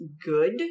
good